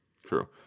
True